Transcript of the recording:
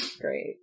great